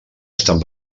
estan